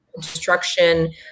destruction